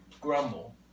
grumble